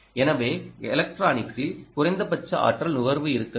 எனவே எலக்ட்ரானிக்ஸில் குறைந்த பட்ச ஆற்றல் நுகர்வு இருக்க வேண்டும்